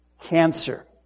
cancer